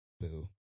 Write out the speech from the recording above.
boo